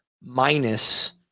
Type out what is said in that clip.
minus